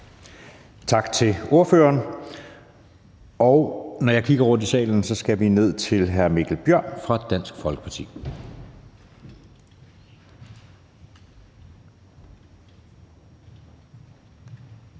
Tak til ordføreren. Og når jeg kigger rundt i salen, skal vi ned til hr. Mikkel Bjørn fra Dansk Folkeparti.